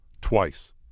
twice